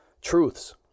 truths